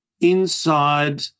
inside